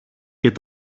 και